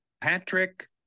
Patrick